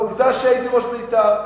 ועובדה שהייתי יושב-ראש בית"ר.